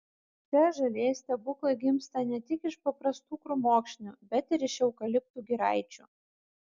čia žalieji stebuklai gimsta ne tik iš paprastų krūmokšnių bet ir iš eukaliptų giraičių